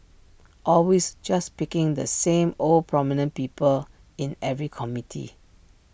always just picking the same old prominent people in every committee